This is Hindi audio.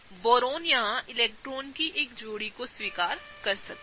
बोरोन यहां इलेक्ट्रॉनों की एक जोड़ी को स्वीकार कर सकता है